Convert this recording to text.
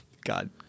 God